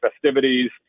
festivities